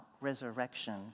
Resurrection